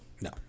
No